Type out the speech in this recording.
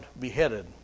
beheaded